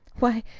why,